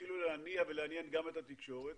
התחילו להניע ולעניין גם את התקשורת